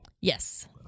Yes